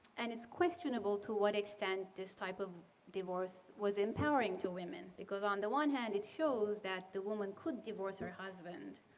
and it's questionable to what extent this type of divorce was empowering to women. because on the one hand, it shows that the woman could divorce her husband.